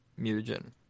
mutagen